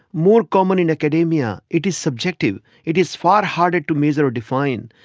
more common in academia. it is subjective, it is far harder to measure or define.